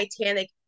Titanic